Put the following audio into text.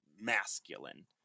masculine